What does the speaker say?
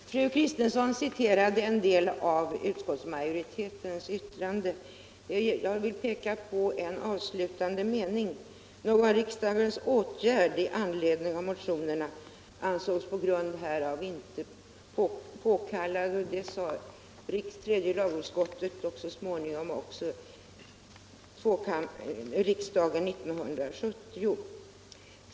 Herr talman! Fru Kristensson citerade en del av vad utskottsmajoriteten har skrivit, och då vill jag peka på vad som står i den avslutande meningen i näst sista stycket på s. 6, där utskottet skriver: ”Någon riksdagens åtgärd i anledning av motionerna ansågs på grund härav inte påkallad.” Detsamma sade tredje lagutskottet och så småningom även riksdagen 1970.